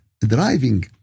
driving